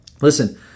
Listen